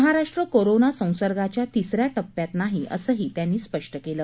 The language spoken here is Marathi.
महाराष्ट्र कोरोना संसर्गाच्या तिसऱ्या टप्प्यात नाही असंही त्यांनी स्पष्ट केलं